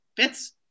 fits